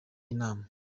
inama